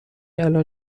الان